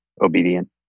obedient